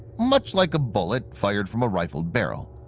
much like a bullet fired from a rifled barrel.